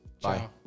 Bye